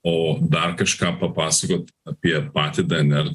o dar kažką papasakot apie patį dnr